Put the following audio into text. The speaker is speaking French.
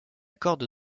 corde